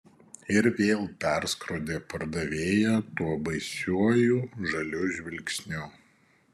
ir vėl perskrodė pardavėją tuo baisiuoju žaliu žvilgsniu